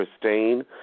Christine